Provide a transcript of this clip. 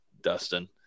Dustin